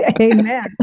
Amen